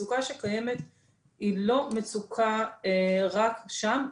המצוקה שקיימת היא לא מצוקה רק שם,